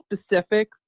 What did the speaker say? specific